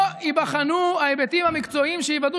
לא ייבחנו ההיבטים המקצועיים שיוודאו